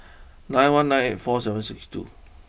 nine one nine eight four seven six two